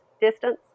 distance